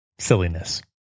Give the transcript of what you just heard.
silliness